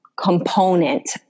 Component